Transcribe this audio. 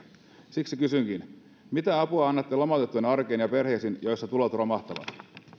siksi kysynkin mitä apua annatte lomautettujen arkeen ja perheisiin joissa tulot romahtavat